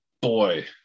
boy